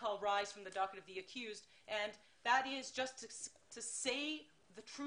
הערבים שמשותפים ואני מאוד מעריכה את הדברים